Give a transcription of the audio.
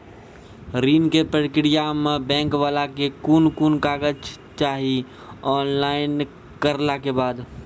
ऋण के प्रक्रिया मे बैंक वाला के कुन कुन कागज चाही, ऑनलाइन करला के बाद?